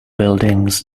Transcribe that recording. buildings